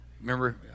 Remember